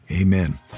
amen